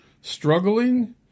struggling